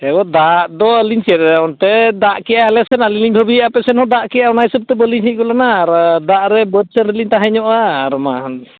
ᱫᱟᱜ ᱫᱚ ᱟᱹᱞᱤᱧ ᱪᱮᱫ ᱚᱱᱛᱮ ᱫᱟᱜ ᱠᱮᱜᱼᱟᱭ ᱟᱞᱮ ᱥᱮᱫ ᱟᱹᱞᱤᱧ ᱞᱤᱧ ᱵᱷᱟᱹᱵᱤᱭᱮᱜᱼᱟ ᱟᱯᱮ ᱥᱮᱫ ᱦᱚᱸ ᱫᱟᱜ ᱠᱮᱜ ᱟᱭ ᱚᱱᱟ ᱦᱤᱥᱟᱹᱵᱛᱮ ᱵᱟᱹᱞᱤᱧ ᱦᱮᱡ ᱜᱚᱫ ᱞᱮᱱᱟ ᱟᱨ ᱫᱟᱜ ᱨᱮ ᱵᱟᱹᱫᱽ ᱥᱮᱫ ᱨᱮᱞᱤᱧ ᱛᱟᱦᱮᱸ ᱧᱚᱜᱼᱟ ᱟᱨᱢᱟ